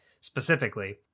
specifically